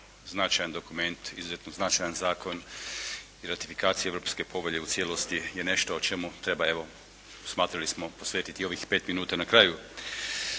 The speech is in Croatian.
značajan dokument, izuzetno značajan zakon i ratifikacija europske povelje u cijelosti je nešto o čemu treba evo smatrali smo posvetiti ovih pet minuta na kraju